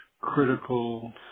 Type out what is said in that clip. critical